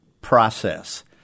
process